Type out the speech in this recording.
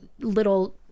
little